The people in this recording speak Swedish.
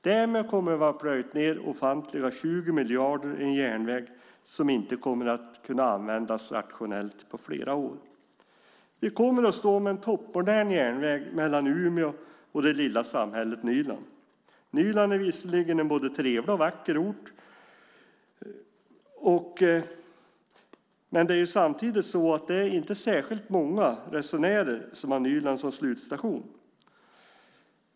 Därmed har vi plöjt ned ofantliga 20 miljarder i en järnväg som inte kommer att kunna användas rationellt på flera år. Vi kommer att ha en toppmodern järnväg mellan Umeå och det lilla samhället Nyland. Nyland är visserligen en både trevlig och vacker ort, men det är inte särskilt många resenärer som har Nyland som slutstation.